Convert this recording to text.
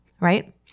right